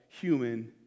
human